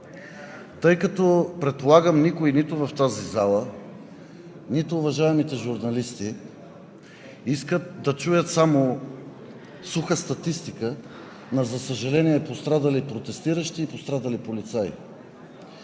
Тъй като, предполагам, никой в тази зала, нито уважаемите журналисти искат да чуят само суха статистика, за съжаление, за пострадали протестиращи и пострадали полицаи,